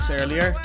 earlier